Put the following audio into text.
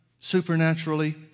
supernaturally